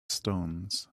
stones